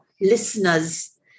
listeners